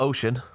Ocean